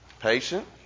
Patient